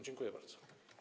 Dziękuję bardzo.